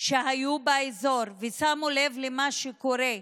שהיו באזור ושמו לב למה שקורה,